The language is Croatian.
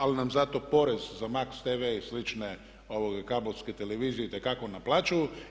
Ali nam zato porez za MAX TV i slične kabelske televizije itekako naplaćuju.